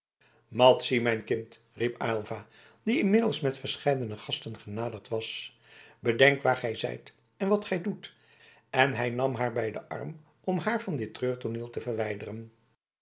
madzy mijn kind riep aylva die inmiddels met verscheidene gasten genaderd was bedenk waar gij zijt en wat gij doet en hij nam haar bij den arm om haar van dit treurtooneel te verwijderen